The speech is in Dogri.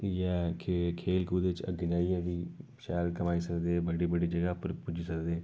इ'यै खेल कूद च अग्गें जाइयै फ्ही शैल कमाई करी सकदे बड्डी बड्डी जगह उप्पर बी पुज्जी सकदे